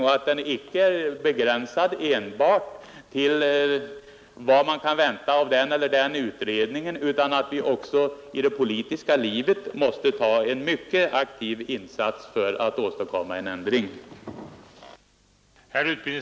Den uppgiften är inte begränsad enbart till vad man kan vänta av den eller den utredningen — i det politiska livet måste vi göra en mycket aktiv insats för att ästadkomma en ändring.